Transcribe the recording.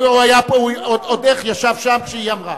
הוא היה פה, עוד איך, ישב שם כשהיא אמרה.